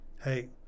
hey